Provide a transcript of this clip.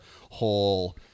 whole